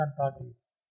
parties